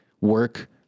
work